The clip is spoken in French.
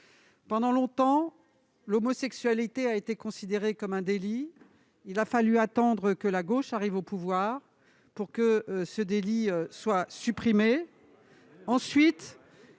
Pendant longtemps, l'homosexualité a été considérée comme un délit. Il a fallu attendre que la gauche arrive au pouvoir pour que ce délit soit supprimé.